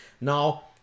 Now